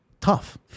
Tough